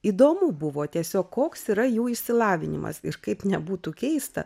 įdomu buvo tiesiog koks yra jų išsilavinimas ir kaip nebūtų keista